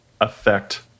affect